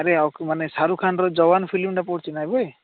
ଆରେ ଆଉ କି ମାନେ ଶାରୁଖାନ୍ର ଯବାନ୍ ଫିଲ୍ମ୍ଟା ପଡ଼ୁଛିନା ଏବେ